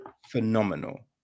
phenomenal